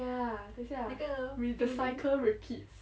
ya 等一下 re~ the cycle repeats